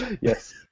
Yes